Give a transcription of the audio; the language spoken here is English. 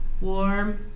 Warm